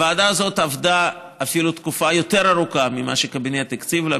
הוועדה הזאת עבדה תקופה יותר ארוכה אפילו ממה שהקבינט הקציב לה,